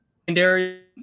secondary